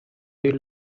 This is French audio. est